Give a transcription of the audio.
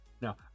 now